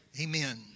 Amen